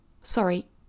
sorry